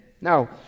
Now